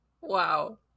Wow